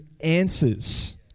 answers